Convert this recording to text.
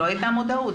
לא הייתה מודעות,